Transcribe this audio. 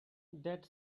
that